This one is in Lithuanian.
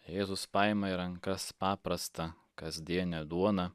jėzus paima į rankas paprastą kasdienę duoną